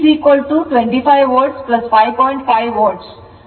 5 volt R ಮೂಲಕ voltage drop ಆಗಿದೆ